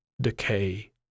decay